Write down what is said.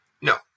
No